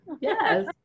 Yes